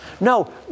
No